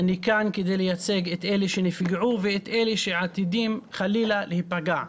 אני כאן כדי לייצג את אלה שנפגעו ואתה אלה שעתידים חלילה להיפגע.